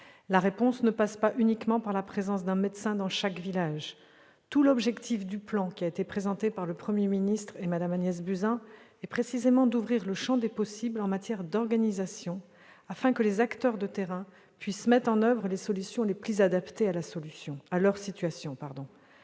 La réponse ne passe pas uniquement par la présence d'un médecin dans chaque village. Tout l'objectif du plan qui a été présenté par le Premier ministre et par Mme Agnès Buzyn est précisément d'ouvrir le champ des possibles en matière d'organisation, afin que les acteurs de terrain puissent mettre en oeuvre les solutions les plus adaptées à leur situation.